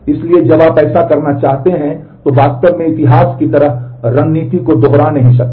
इसलिए जब आप ऐसा करना चाहते हैं तो आप वास्तव में इतिहास की तरह की रणनीति को दोहरा नहीं सकते